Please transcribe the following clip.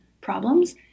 problems